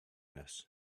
this